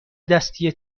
دستی